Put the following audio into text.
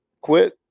quit